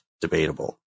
debatable